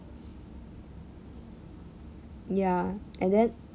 ya and then